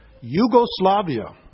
Yugoslavia